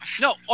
No